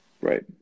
right